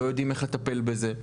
לא יודעים איך לטפל בזה.